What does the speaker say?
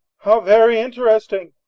how very interesting!